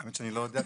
האמת שאני לא יודע.